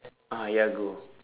ah ayah go